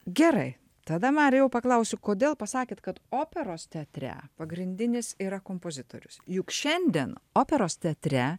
gerai tada marijau paklausiu kodėl pasakėt kad operos teatre pagrindinis yra kompozitorius juk šiandien operos teatre